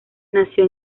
nació